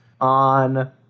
on